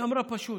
היא אמרה פשוט: